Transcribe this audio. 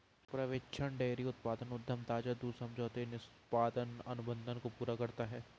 पर्यवेक्षण डेयरी उत्पाद उद्यम ताजा दूध समझौते निष्पादन अनुबंध को पूरा करता है